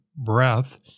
Breath